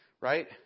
right